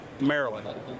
Maryland